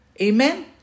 Amen